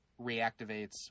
reactivates